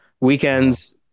weekends